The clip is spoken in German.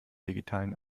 digitalen